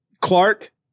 Clark